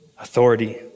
authority